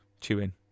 chewing